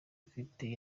ufite